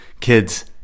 kids